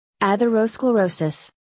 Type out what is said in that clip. atherosclerosis